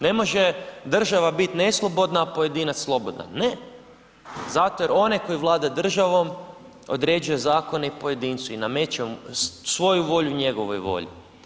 Ne može država biti neslobodna, a pojedinac slobodan, ne, zato jer onaj koji vlada državnom određuje zakone i pojedincu i nameće mu svoju volju njegovoj volji.